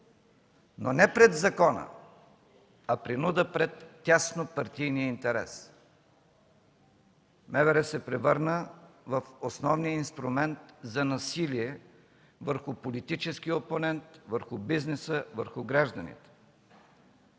но не пред закона, а принуда пред тясно партийния интерес. МВР се превърна в основния инструмент за насилие върху политическия опонент, върху бизнеса, върху гражданите.